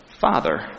father